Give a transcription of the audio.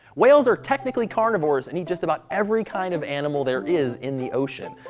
whales are technically carnivores, and eat just about every kind of animal there is in the ocean.